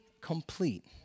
complete